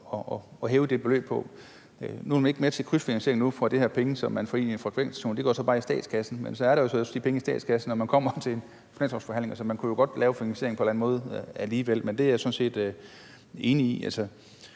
at hæve det beløb på. Nu vil man ikke være med til at krydsfinansiere de her penge, som man får ind fra frekvensauktionerne, og det går så bare i statskassen. Men så er der jo også de penge i statskassen, når man kommer til finanslovsforhandlinger. Så man kunne godt lave finansieringen på en anden måde alligevel. Det er jeg sådan set enig i.